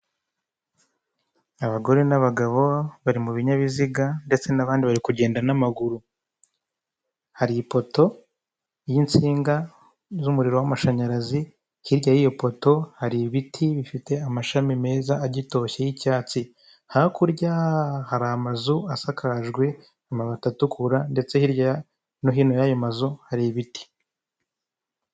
Abagore n'abagabo bari mu binyabiziga ndetse n'abandi bari kugenda n'amamguru hari ipoto y'insinga z'umuriro w'amashanyarazi. Hirya y'iyi poto hari ibiti bifite amashami meza agitoshye y'icyatsi hakurya hari amazu asakajwe amabati atukura ndeste hirya no hino y'ayo mazu hari ibiti.